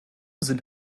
sind